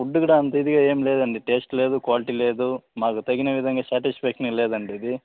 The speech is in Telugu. ఫుడ్ కూడా అంత ఇదిగా ఏం లేదండి టేస్ట్ లేదు క్వాలిటీ లేదు మాకు తగిన విధంగా శాటిస్ఫ్యాక్షనే లేదండి ఇది